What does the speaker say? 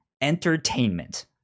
entertainment